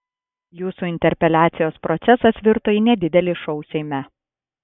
jūsų interpeliacijos procesas virto į nedidelį šou seime